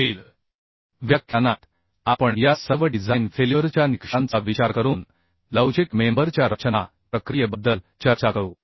पुढील व्याख्यानात आपण या सर्व डिझाईन फेल्युअर च्या निकषांचा विचार करून लवचिक मेंबर च्या रचना प्रक्रियेबद्दल चर्चा करू